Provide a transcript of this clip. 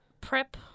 prep